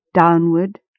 downward